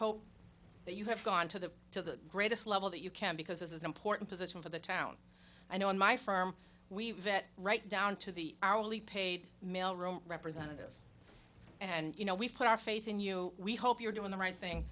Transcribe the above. hope that you have gone to the to the greatest level that you can because this is an important position for the town i know in my firm we vet right down to the hourly paid mail room representative and you know we put our faith in you we hope you're doing the right thing